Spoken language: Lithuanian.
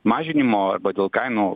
mažinimo arba dėl kainų